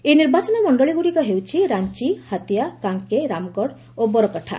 ସେହି ନିର୍ବାଚନମଣ୍ଡଳୀଗୁଡ଼ିକ ହେଉଛି ରାଞ୍ଚ ହାତିଆ କାଙ୍କେ ରାମଗଡ଼ ଓ ବରକଠା